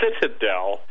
citadel